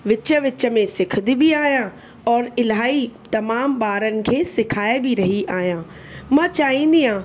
विच विच में सिखंदी बि आहियां और इलाही तमामु ॿारनि खे सेखारे बि रही आहियां मां चाहींदी आहियां